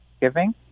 giving